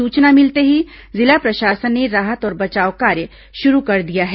सूचना मिलते ही जिला प्रशासन ने राहत और बचाव कार्य शुरु कर दिया है